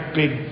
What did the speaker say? big